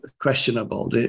questionable